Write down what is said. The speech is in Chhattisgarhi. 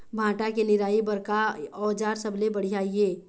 भांटा के निराई बर का औजार सबले बढ़िया ये?